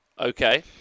Okay